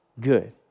good